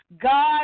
God